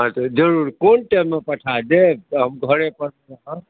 हँ तऽ जरूर कोन टाइममे पठा देब तऽ हम घरे पर रहब